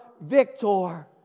victor